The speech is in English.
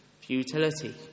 futility